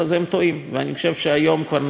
אני חושב שכיום כבר נפל האסימון,